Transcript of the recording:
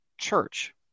church